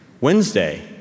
Wednesday